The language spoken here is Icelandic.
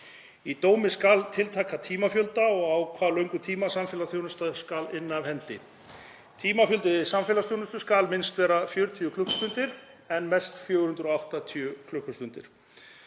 Í dómi skal tiltaka tímafjölda og á hve löngum tíma samfélagsþjónustan skuli innt af hendi. Tímafjöldi samfélagsþjónustu skal minnst vera 40 klukkustundir og mest 480 klukkustundir.